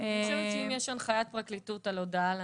אבל אנחנו אומרים שהוא יקבל הודעה,